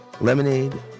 Lemonade